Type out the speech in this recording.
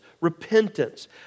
repentance